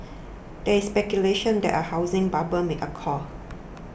there is speculation that a housing bubble may occur